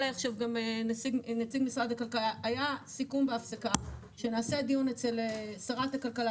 היה סיכום בהפסקה שנעשה דיון אצל שרת הכלכלה,